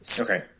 Okay